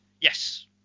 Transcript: Yes